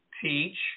teach